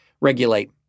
regulate